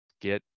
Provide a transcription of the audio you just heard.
get